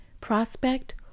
prospect